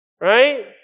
Right